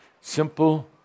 Simple